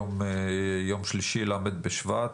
היום יום שלישי ל' בשבט,